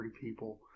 people